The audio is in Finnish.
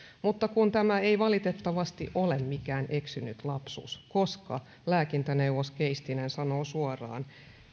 mutta kun tämä ei valitettavasti ole mikään eksynyt lapsus koska lääkintöneuvos keistinen sanoo suoraan